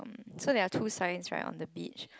so there are two signs right on the beach